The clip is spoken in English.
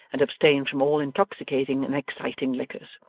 and abstain from all intoxicating and exciting liquors.